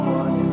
one